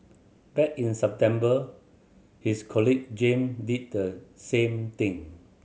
back in September his colleague Jame did the same thing